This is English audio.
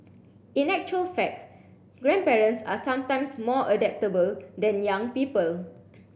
in actual fact grandparents are sometimes more adaptable than young people